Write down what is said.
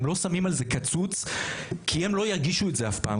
הם לא שמים על זה קצוץ כי הם לא ירגישו את זה אף פעם,